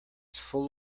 full